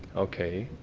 okay.